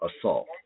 assault